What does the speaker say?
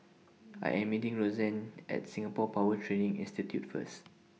I Am meeting Rozanne At Singapore Power Training Institute First